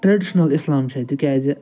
traditional اسلام چھُ اَتہِ تِکیٛازِ